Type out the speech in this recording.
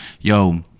yo